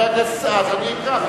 אז, אני אקרא.